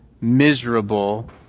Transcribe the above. miserable